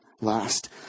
last